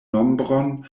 nombron